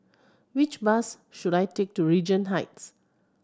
which bus should I take to Regent Heights